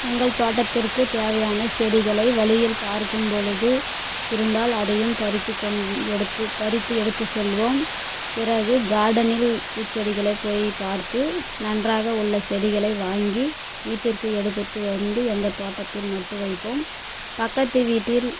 எங்கள் தோட்டத்திற்கு தேவையான செடிகைளை வழியில் பார்க்கும் பொழுது இருந்தால் அதையும் பறித்துக்கொண் எடுத்து பறித்து எடுத்து செல்வோம் பிறகு கார்டனில் பூச்செடிகளை போய் பார்த்து நன்றாக உள்ள செடிகளை வாங்கி வீட்டிற்கு எடுத்துகிட்டு வந்து எங்கள் தோட்டத்தில் நட்டு வைப்போம் பக்கத்து வீட்டில்